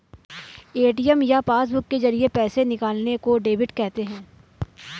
ATM या passbook के जरिये पैसे निकालने को डेबिट कहते हैं